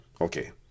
okay